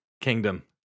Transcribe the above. kingdom